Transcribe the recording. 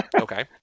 okay